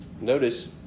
Notice